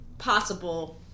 possible